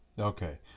Okay